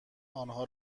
آنها